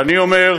ואני אומר,